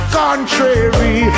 contrary